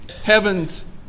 Heaven's